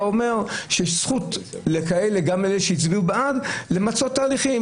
אומר שיש זכות גם לאלה שהצביעו בעד למצות תהליכים.